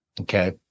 okay